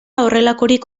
horrelakorik